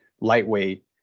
lightweight